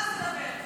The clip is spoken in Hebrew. אבל לבוא ולהגיד